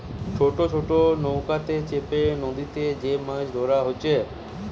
ছোট ছোট নৌকাতে চেপে নদীতে যে মাছ ধোরা হচ্ছে